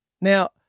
Now